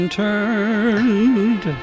turned